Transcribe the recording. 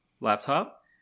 laptop